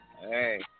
Hey